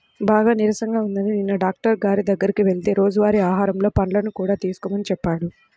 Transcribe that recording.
బాగా నీరసంగా ఉందని నిన్న డాక్టరు గారి దగ్గరికి వెళ్తే రోజువారీ ఆహారంలో పండ్లను కూడా తీసుకోమని చెప్పాడు